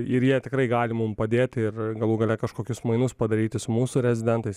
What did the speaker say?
ir jie tikrai gali mum padėti ir galų gale kažkokius mainus padaryti su mūsų rezidentais